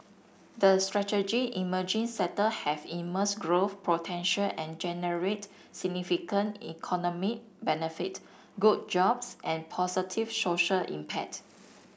the strategic emerging sector have immense growth potential and generate significant economic benefit good jobs and positive social impact